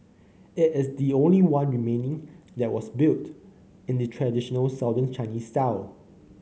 it is the only one remaining that was built in the traditional Southern Chinese style